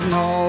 no